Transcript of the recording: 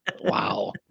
Wow